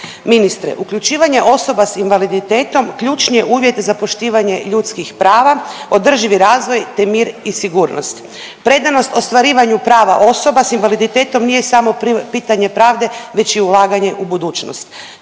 Ministre uključivanje osoba sa invaliditetom ključni je uvjet za poštivanje ljudskih prava, održivi razvoj, te mir i sigurnost. Predanost ostvarivanju prava osoba sa invaliditetom nije samo pitanje pravde već i ulaganje u budućnost.